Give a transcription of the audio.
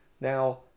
Now